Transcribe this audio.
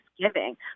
thanksgiving